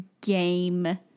game